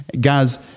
Guys